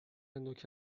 نوک